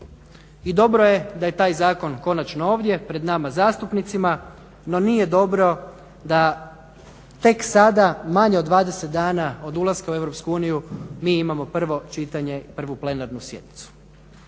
I dobro je da je taj zakon konačno ovdje pred nama zastupnicima, no nije dobro da tek sada manje od 20 dana od ulaska u EU mi imamo prvo čitanje, prvu plenarnu sjednicu.